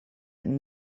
een